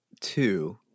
two